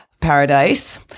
paradise